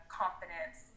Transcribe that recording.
confidence